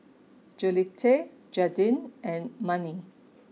Jolette Jaeden and Manie